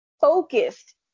focused